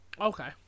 Okay